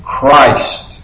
Christ